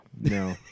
No